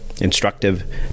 instructive